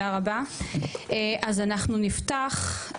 אז אנחנו נפתח,